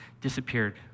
disappeared